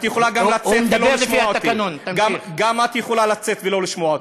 גם את יכולה לצאת ולא לשמוע אותי.